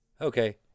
okay